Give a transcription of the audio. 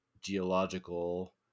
geological